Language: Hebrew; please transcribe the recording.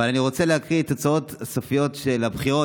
אני רוצה להקריא את התוצאות הסופיות של הבחירות,